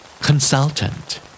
Consultant